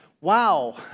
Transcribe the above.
wow